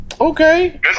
Okay